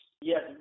Yes